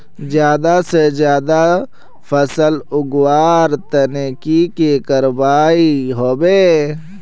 ज्यादा से ज्यादा फसल उगवार तने की की करबय होबे?